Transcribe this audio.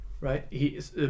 right